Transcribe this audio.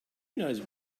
knows